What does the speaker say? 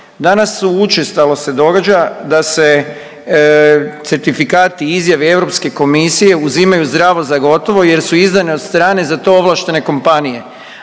Danas učestalo se događa da se certifikati i izjave Europske komisije uzimaju zdravo za gotovo jer su izdane od strane za to ovlaštene kompanije